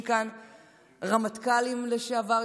כאן רמטכ"לים לשעבר,